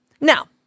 Now